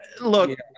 look